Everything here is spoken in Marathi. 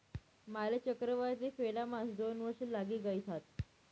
माले चक्रव्याज ले फेडाम्हास दोन वर्ष लागी गयथात